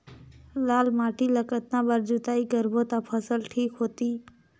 लाल माटी ला कतना बार जुताई करबो ता फसल ठीक होती?